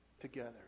together